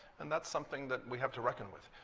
and that's something that we have to reckon with.